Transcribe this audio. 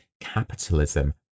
capitalism